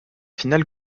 finale